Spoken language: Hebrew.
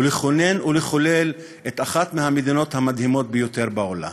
לכונן ולחולל את אחת המדינות המדהימות ביותר בעולם.